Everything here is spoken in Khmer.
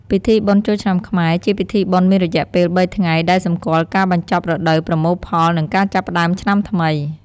ពីធីបុណ្យចូលឆ្នាំខ្មែរជាពិធីបុណ្យមានរយៈពេលបីថ្ងៃ ដែលសម្គាល់ការបញ្ចប់រដូវប្រមូលផល និងការចាប់ផ្តើមឆ្នាំថ្មី។